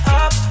up